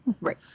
Right